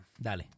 Dale